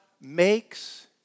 makes